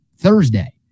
Thursday